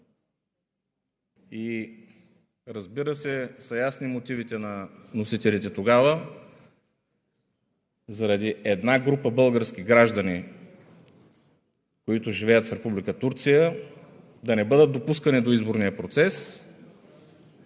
Разбира се, мотивите на вносителите тогава са ясни – заради една група български граждани, които живеят в Република Турция, да не бъдат допускани до изборния процес.